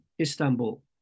Istanbul